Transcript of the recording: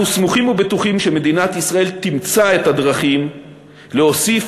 אנחנו סמוכים ובטוחים שמדינת ישראל תמצא את הדרכים להוסיף,